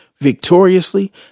victoriously